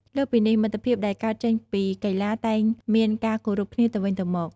លើសពីនេះ មិត្តភាពដែលកើតចេញពីកីឡាតែងមានការគោរពគ្នាទៅវិញទៅមក។